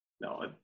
No